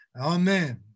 Amen